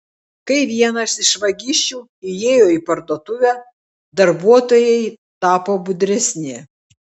kai vienas iš vagišių įėjo į parduotuvę darbuotojai tapo budresni